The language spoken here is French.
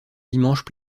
dimanches